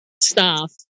staff